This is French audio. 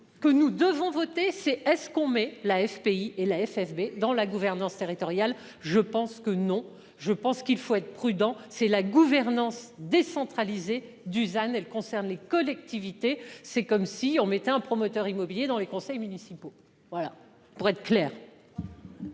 que nous devons voter c'est est-ce qu'on met la FPI et la FSB dans la gouvernance territoriale. Je pense que non, je pense qu'il faut être prudent, c'est la gouvernance décentralisée Dusan elle concerne les collectivités. C'est comme si on mettait un promoteur immobilier dans les conseils municipaux. Voilà, pour être clair.